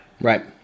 Right